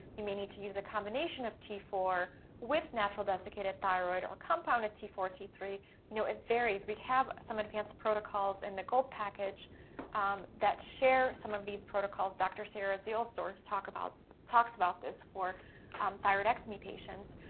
you may need to use a combination of t four with natural desiccated thyroid, or compounded t four, t three, you know, it varies. we have some advanced protocols in the gold package that share some of these protocols. doctor sara zielsdorf talks about so talks about this for um thyroidectomy patients.